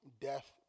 death